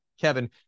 Kevin